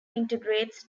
integrates